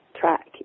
track